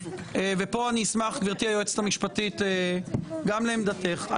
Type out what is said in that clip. ואני אשמח, גברתי היועצת המשפטית, גם לעמדתך.